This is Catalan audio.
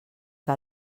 que